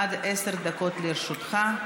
עד עשר דקות לרשותך.